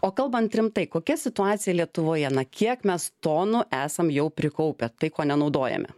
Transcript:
o kalbant rimtai kokia situacija lietuvoje na kiek mes tonų esam jau prikaupę tai ko nenaudojame